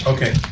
Okay